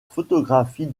photographie